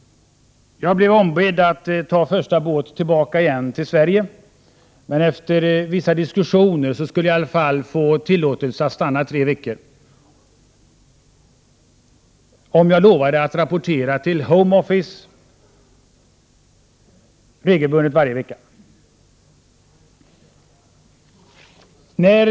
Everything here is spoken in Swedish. Jag blev ombedd att ta första båt tillbaka till Sverige. Efter en lång diskussion fick jag trots allt tillåtelse att stanna i tre veckor, om jag lovade att rapportera regelbundet, varje vecka, till Home Office.